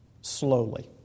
slowly